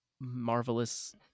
marvelous